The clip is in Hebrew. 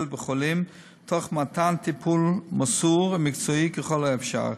בחולים תוך מתן טיפול מסור ומקצועי ככל האפשר,